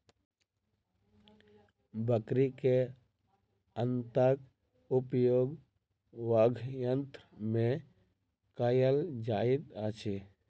बकरी के आंतक उपयोग वाद्ययंत्र मे कयल जाइत अछि